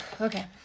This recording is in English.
Okay